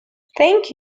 thank